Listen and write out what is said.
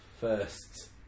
first